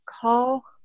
call